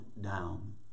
down